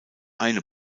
eine